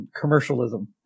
commercialism